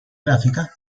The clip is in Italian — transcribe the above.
grafica